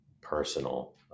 personal